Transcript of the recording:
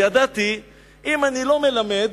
ידעתי שאם אני לא מלמד,